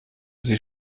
sie